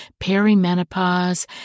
perimenopause